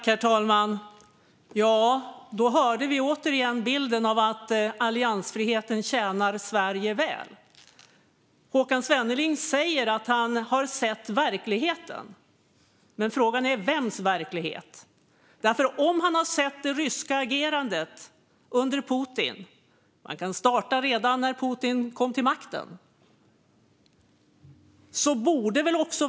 Herr talman! Då fick vi återigen höra om bilden att alliansfriheten tjänar Sverige väl. Håkan Svenneling säger att han har sett verkligheten. Men frågan är vems verklighet han har sett. Har han sett det ryska agerandet under Putin? Man kan starta redan när Putin kom till makten.